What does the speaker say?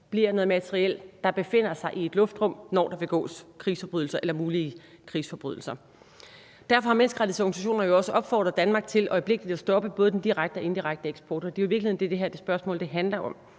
bliver noget materiel, der befinder sig i et luftrum, når der begås krigsforbrydelser eller mulige krigsforbrydelser. Derfor har menneskerettighedsorganisationer jo også opfordret Danmark til øjeblikkeligt at stoppe både den direkte og den indirekte eksport, og det er jo i virkeligheden det, som det her spørgsmål handler om,